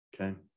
Okay